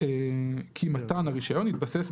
כי מתן הרישיון יתבסס,